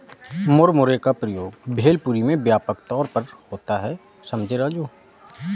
मुरमुरे का प्रयोग भेलपुरी में व्यापक तौर पर होता है समझे राजू